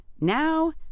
Now